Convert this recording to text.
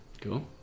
Cool